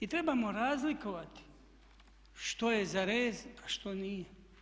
I trebamo razlikovati što je za rez, a što nije.